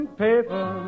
paper